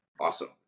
Awesome